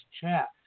chat